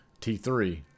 T3